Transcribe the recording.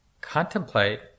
contemplate